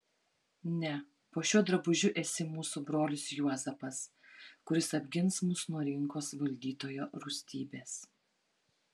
ne po šiuo drabužiu esi mūsų brolis juozapas kuris apgins mus nuo rinkos valdytojo rūstybės